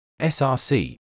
src